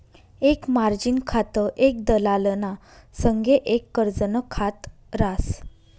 एक मार्जिन खातं एक दलालना संगे एक कर्जनं खात रास